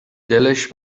دلش